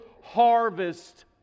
harvest